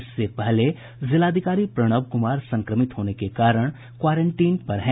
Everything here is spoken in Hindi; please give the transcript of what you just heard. इससे पहले जिलाधिकारी प्रणव कुमार संक्रमित होने के कारण क्वारेंटीन पर हैं